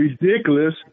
ridiculous